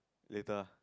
later